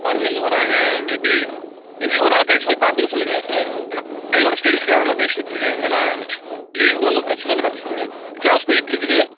ஃபாரினில் இருந்து வராங்க மேபி மேபி ஒரு நாள் கழிச்சு போய் பார்த்துக்க சொல்லுங்களேன் சார் ஏன்னா பையனோட ஸ்டெடிஸ்காக தான் பேசிகிட்டு இருக்கேன் இல்லைன்னா லீவு ஒன்றும் பிரச்சனை இல்லை பட் எக்ஸாம்ஸ் போயிட்யிருக்குது